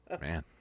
man